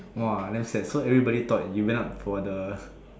!wah! damn sad so everybody thought you went out for the